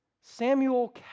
Samuel